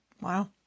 Wow